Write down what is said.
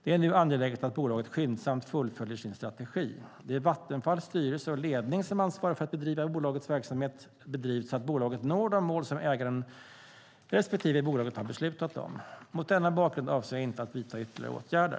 Det är nu angeläget att bolaget skyndsamt fullföljer sin strategi. Det är Vattenfalls styrelse och ledning som ansvarar för att bolagets verksamhet bedrivs så att bolaget når de mål som ägaren respektive bolaget har beslutat om. Mot denna bakgrund avser jag inte att vidta ytterligare åtgärder.